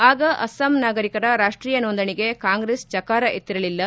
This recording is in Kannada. ಆಗ ಅಸ್ಸಾಂ ನಾಗರಿಕರ ರಾಷ್ಷೀಯ ನೋಂದಣಿಗೆ ಕಾಂಗ್ರೆಸ್ ಚಕಾರ ಎತ್ತಿರಲಿಲ್ಲ